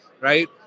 right